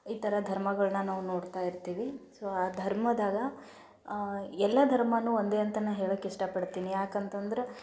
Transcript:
ಈ ಥರ ಧರ್ಮಗಳನ್ನ ನಾವು ನೋಡ್ತಾಯಿರ್ತೀವಿ ಸೊ ಆ ಧರ್ಮದಾಗೆ ಎಲ್ಲ ಧರ್ಮವೂ ಒಂದೇ ಅಂತ ನಾನು ಹೇಳಕ್ಕೆ ಇಷ್ಟಪಡ್ತೀನಿ ಯಾಕಂತಂದ್ರೆ